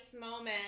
moment